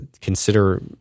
consider